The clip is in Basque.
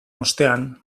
ostean